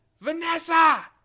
Vanessa